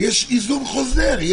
יש היזון חוזר.